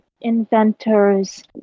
inventors